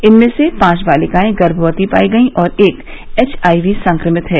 इनमें से पांच बालिकाएं गर्भवती पाई गईं और एक एचआईवी संक्रमित है